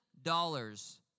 dollars